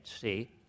see